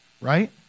Right